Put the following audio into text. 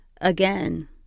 Again